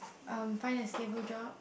um find a stable job